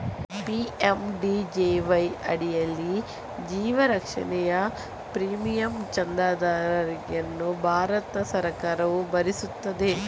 PMJDY ಅಡಿಯಲ್ಲಿ ಜೀವ ರಕ್ಷಣೆಯ ಪ್ರೀಮಿಯಂ ಚಂದಾದಾರಿಕೆಯನ್ನು ಭಾರತ ಸರ್ಕಾರವು ಭರಿಸುತ್ತದೆ